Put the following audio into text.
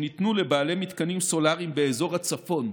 שניתנו בעיקר לבעלי מתקנים סולריים באזור הצפון,